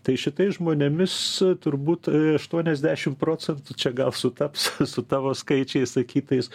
tai šitais žmonėmis turbūt aštuoniasdešim procentų čia gal sutaps su tavo skaičiais sakytais